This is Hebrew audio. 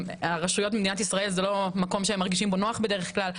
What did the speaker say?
הרשויות במדינת ישראל זה לא מקום שהם מרגישים בו נוח בדרך כלל.